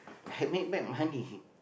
I make back money